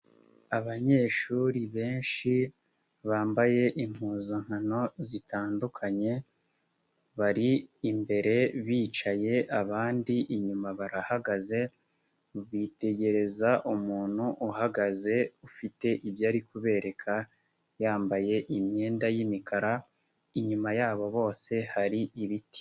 Abanyeshuri benshi bambaye impuzankano zitandukanye, bari imbere bicaye abandi inyuma barahagaze, bitegereza umuntu uhagaze ufite ibyari kubereka yambaye imyenda y'imikara, inyuma yabo bose hari ibiti.